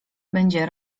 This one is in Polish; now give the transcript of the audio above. będzie